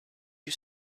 you